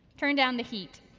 turn down the heat.